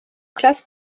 classes